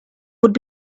would